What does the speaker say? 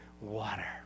water